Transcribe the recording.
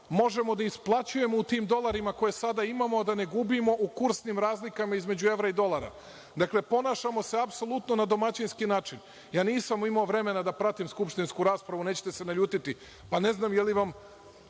Možemo da isplaćujemo u tim dolarima koje sada imamo a da ne gubimo u kursnim razlikama između evra i dolara. Ponašamo se apsolutno na domaćinski način. Nisam imao vremena da pratim skupštinsku raspravu, nećete se naljutiti, pa ne znam je li vam